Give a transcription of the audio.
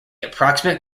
appropriate